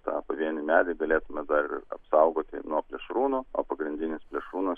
tą pavienį medį galėtume dar ir apsaugoti nuo plėšrūnų o pagrindinis plėšrūnas